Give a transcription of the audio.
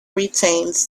retains